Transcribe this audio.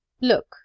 Look